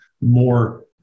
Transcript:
more